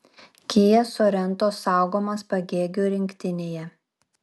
kia sorento saugomas pagėgių rinktinėje